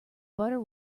butter